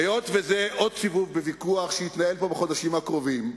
היות שזה עוד סיבוב בוויכוח שיתנהל פה בחודשים הקרובים,